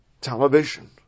television